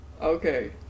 Okay